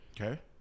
Okay